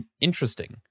interesting